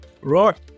Right